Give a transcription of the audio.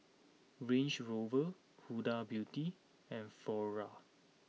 Range Rover Huda Beauty and Flora